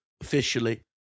officially